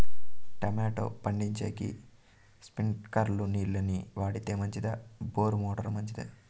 Tomato పండించేకి స్ప్రింక్లర్లు నీళ్ళ ని వాడితే మంచిదా బోరు మోటారు మంచిదా?